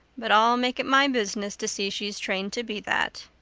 but i'll make it my business to see she's trained to be that.